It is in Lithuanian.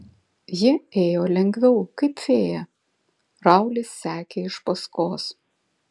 ji ėjo lengviau kaip fėja raulis sekė iš paskos